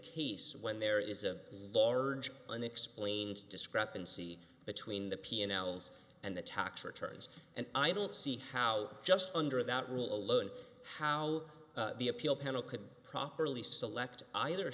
case when there is a large unexplained discrepancy between the p n l's and the tax returns and i don't see how just under that rule alone how the appeal panel could properly select either